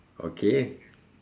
okay